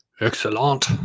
Excellent